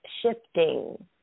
shifting